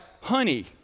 honey